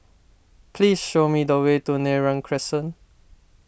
please show me the way to Neram Crescent